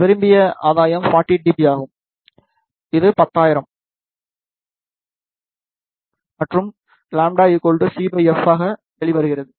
விரும்பிய ஆதாயம் 40 dB ஆகும் இது 10000 மற்றும் λ c f ஆக வெளிவருகிறது